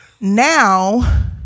now